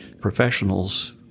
professionals